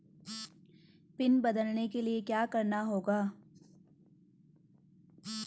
Pin बदलने के लिए क्या करना होगा?